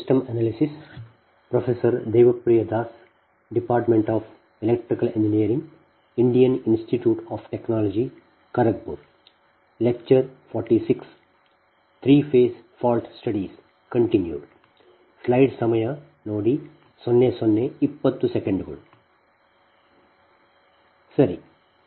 ಸರಿ